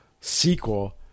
sequel